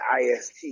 IST